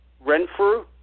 Renfrew